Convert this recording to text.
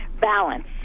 balance